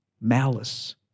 malice